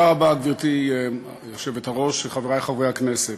גברתי היושבת-ראש, תודה רבה, חברי חברי הכנסת,